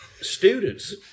students